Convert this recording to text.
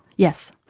yes,